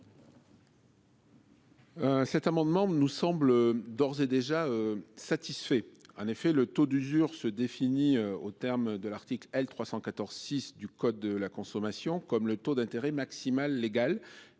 Cet amendement, nous semble d'ores et déjà satisfait. En effet, le taux d'usure se défini au terme de l'article L. 314 6 du code de la consommation comme le taux d'intérêt maximal légal